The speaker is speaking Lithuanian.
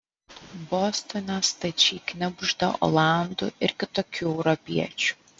bostone stačiai knibžda olandų ir kitokių europiečių